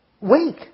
wake